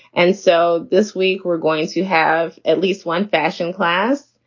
and so this week, we're going to have at least one fashion class.